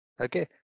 Okay